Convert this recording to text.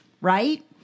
right